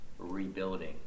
rebuilding